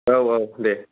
औ औ दे